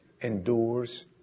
endures